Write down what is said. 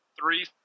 three